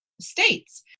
states